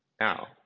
Now